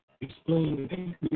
Explain